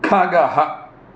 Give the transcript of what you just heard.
खगः